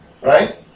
right